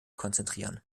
konzentrieren